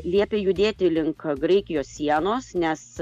liepia judėti link graikijos sienos nes